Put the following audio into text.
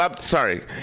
sorry